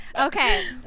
Okay